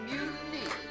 Mutiny